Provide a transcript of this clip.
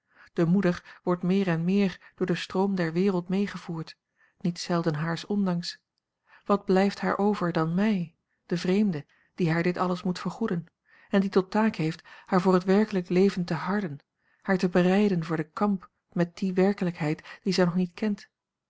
de moeder wordt meer en meer door den stroom der wereld meegevoerd niet zelden haars ondanks wat blijft haar over dan mij de vreemde die haar dit alles moet vergoeden en die tot taak heeft haar voor het werkelijk leven te harden haar te bereiden voor den kamp met die werkelijkheid die zij nog niet kent